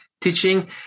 teaching